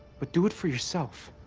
but do it for yourself.